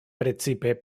precipe